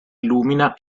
illumina